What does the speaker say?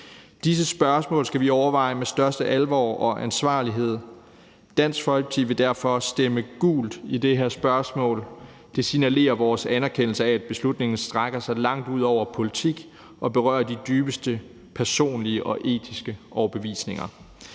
Disse spørgsmål skal vi overveje med største alvor og ansvarlighed. Dansk Folkeparti vil derfor stemme gult i det her spørgsmål. Det signalerer vores anerkendelse af, at beslutningen strækker sig langt ud over politik og berører de dybeste personlige og etiske overbevisninger.